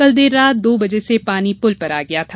कल देर रात दो बजे से पानी पुल पर आ गया था